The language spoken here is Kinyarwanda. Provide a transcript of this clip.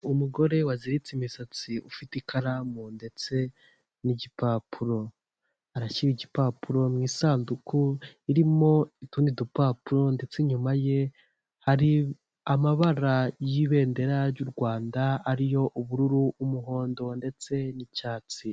Umugore waziritse imisatsi ufite ikaramu ndetse n'igipapuro, arashyira igipapuro mu isanduku irimo utundi dupapuro ndetse inyuma ye hari amabara y'ibendera ry'u Rwanda ariyo ubururu, umuhondo ndetse n'icyatsi.